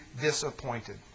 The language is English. disappointed